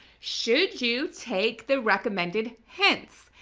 should you take the recommended hints?